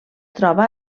troba